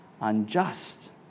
unjust